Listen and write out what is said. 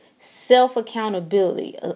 self-accountability